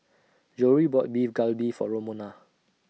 Jory bought Beef Galbi For Romona